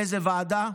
לאיזו ועדה,